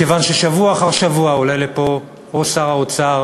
מכיוון ששבוע אחר שבוע עולה לפה או שר האוצר